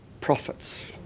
profits